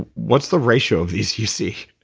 what's the ratio of these you see?